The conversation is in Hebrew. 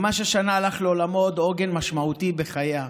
ממש השנה הלך לעולמו עוד עוגן משמעותי בחייה,